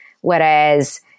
Whereas